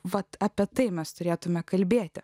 vat apie tai mes turėtumėme kalbėti